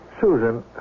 Susan